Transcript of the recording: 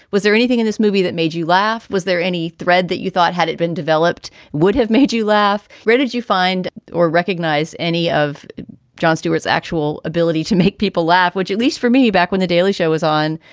was there anything in this movie that made you laugh? was there any thread that you thought had it been developed would have made you laugh? where did you find or recognize any of jon stewart's actual ability to make people laugh, which at least for me, back when the daily show was on,